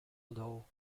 low